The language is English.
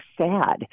sad